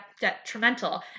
detrimental